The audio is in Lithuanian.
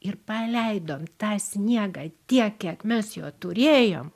ir paleidom tą sniegą tiek kiek mes jo turėjom